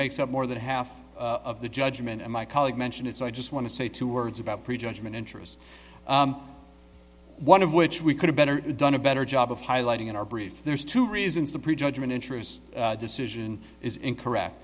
makes up more than half of the judgment and my colleague mentioned it so i just want to say two words about prejudgment interest one of which we could have done a better job of highlighting in our brief there's two reasons the pre judgment interest decision is incorrect